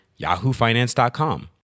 yahoofinance.com